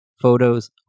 Photos